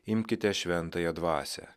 imkite šventąją dvasią